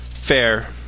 fair